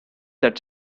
that